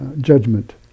judgment